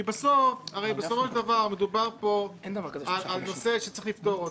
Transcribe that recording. הרי בסופו של דבר מדובר פה על נושא שצריך לפתור אותו.